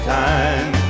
time